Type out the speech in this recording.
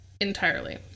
entirely